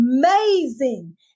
amazing